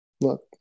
Look